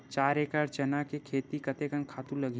चार एकड़ चना के खेती कतेकन खातु लगही?